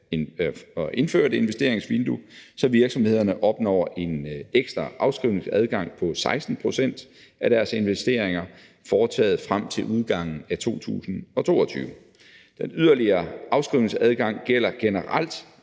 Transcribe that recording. at indføre et investeringsvindue, så virksomhederne opnår en ekstra afskrivningsadgang på 16 pct. af deres investeringer foretaget frem til udgangen af 2022. Den yderligere afskrivningsadgang gælder generelt